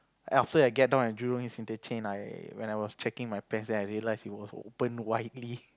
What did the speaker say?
after I get down at Jurong East interchange I when I was checking my pants then I realized it was opening widely